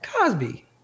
Cosby